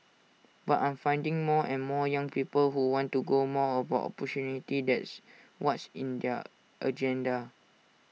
but I'm finding more and more young people who want to go more about opportunity that's what's in their agenda